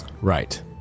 Right